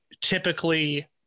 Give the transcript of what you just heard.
typically